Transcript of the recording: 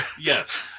Yes